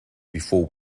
before